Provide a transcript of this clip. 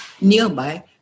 nearby